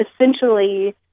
essentially